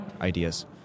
ideas